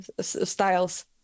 styles